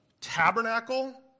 tabernacle